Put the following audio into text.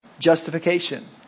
justification